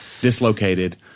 dislocated